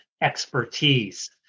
expertise